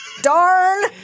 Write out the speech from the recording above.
Darn